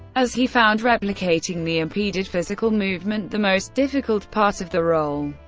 as he found replicating the impeded physical movement the most difficult part of the role.